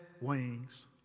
wings